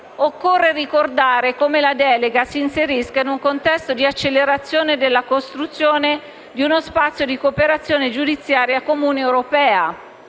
occorre ricordare come la delega si inserisca in un contesto di accelerazione della costruzione di uno spazio di cooperazione giudiziaria comune europea,